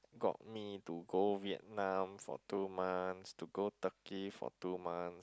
got me to go Vietnam for two months to go Turkey for two months